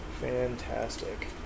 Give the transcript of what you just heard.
Fantastic